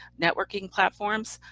networking platforms,